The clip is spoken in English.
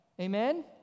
Amen